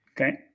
Okay